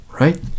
right